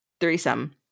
Threesome